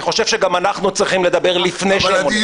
ואני חושב שגם אנחנו צריכים לדבר לפני שהם עונים.